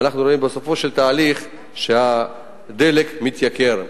ואנחנו רואים בסופו של תהליך שהדלק מתייקר.